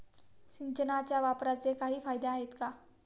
सिंचनाच्या वापराचे काही फायदे आहेत का?